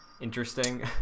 interesting